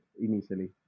initially